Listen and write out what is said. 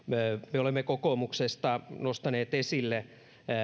me olemme kokoomuksesta nostaneet esille